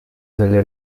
delle